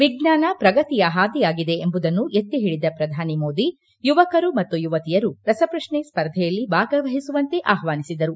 ವಿಜ್ಞಾನ ಪ್ರಗತಿಯ ಹಾದಿಯಾಗಿದೆ ಎಂಬುದನ್ನು ಎತ್ತಿ ಹಿಡಿದ ಪ್ರಧಾನಿ ಮೋದಿ ಯುವಕರು ಮತ್ತು ಯುವತಿಯರು ರಸಪ್ರಕ್ಷೆ ಸ್ಪರ್ಧೆಯಲ್ಲಿ ಭಾಗವಹಿಸುವಂತೆ ಆಹ್ವಾನಿಸಿದರು